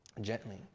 gently